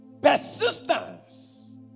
Persistence